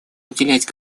уделять